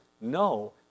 no